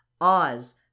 Oz